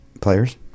players